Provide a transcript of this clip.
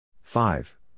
five